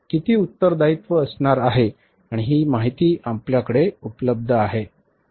किती उत्तरदायित्व असणार आहे आणि ही माहिती आमच्याकडे उपलब्ध आहे